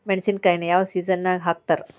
ಮೆಣಸಿನಕಾಯಿನ ಯಾವ ಸೇಸನ್ ನಾಗ್ ಹಾಕ್ತಾರ?